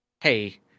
Hey